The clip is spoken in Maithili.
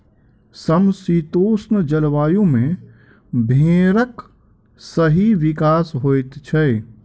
समशीतोष्ण जलवायु मे भेंड़क सही विकास होइत छै